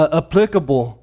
applicable